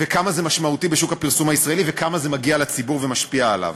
כמה זה משמעותי בשוק הפרסום הישראלי וכמה זה מגיע לציבור ומשפיע עליו.